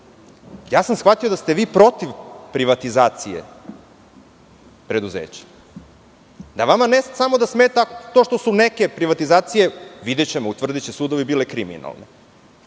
sam da ste vi protiv privatizacije preduzeća. Vama ne samo da smeta to što su neke privatizacije, videćemo, utvrdiće sudovi, bile kriminalne,